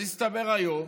אז הסתבר היום